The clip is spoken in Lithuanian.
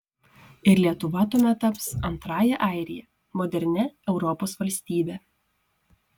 ir lietuva tuomet taps antrąja airija modernia europos valstybe